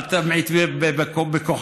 אל תמעיט בכוחם.